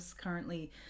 currently